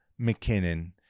McKinnon